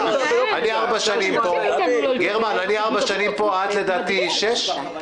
ארבע שנים פה ואת לדעתי שש.